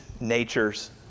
natures